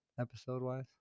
episode-wise